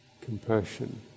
compassion